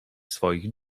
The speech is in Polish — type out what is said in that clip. swoich